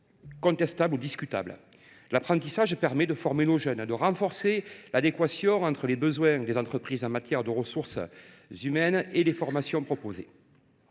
contestables ou discutables. L’apprentissage permet de former nos jeunes et de renforcer l’adéquation entre les besoins en ressources humaines des entreprises et les formations proposées.